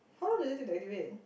how long do you take to activate